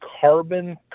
carbon